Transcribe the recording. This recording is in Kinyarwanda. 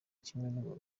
kimwe